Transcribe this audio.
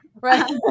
Right